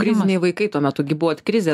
kriziniai vaikai tuo metu gi buvot krizė